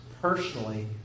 personally